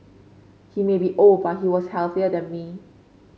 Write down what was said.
he may be old but he was healthier than me